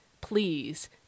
please